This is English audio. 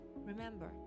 Remember